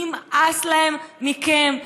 נמאס להם מכם,